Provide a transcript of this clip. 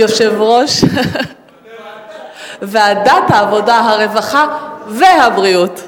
יושב-ראש ועדת העבודה, הרווחה והבריאות.